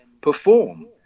perform